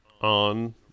on